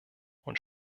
und